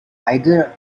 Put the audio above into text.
either